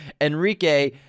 Enrique